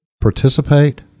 participate